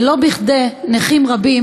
ולא בכדי נכים רבים